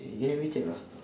me check lah